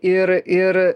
ir ir